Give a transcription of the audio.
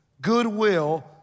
goodwill